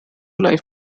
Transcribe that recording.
life